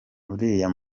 uriya